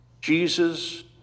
Jesus